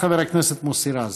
חבר הכנסת מוסי רז.